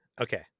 Okay